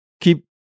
Keep